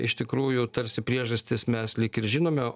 iš tikrųjų tarsi priežastis mes lyg ir žinome